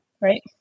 Right